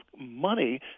money